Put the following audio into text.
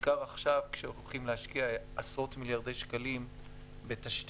בעיקר עכשיו כשהולכים להשקיע עשרות מיליארדי שקלים בתשתיות.